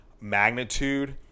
magnitude